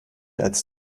als